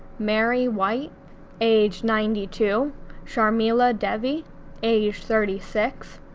mary white age ninety two sharmila devi age thirty six,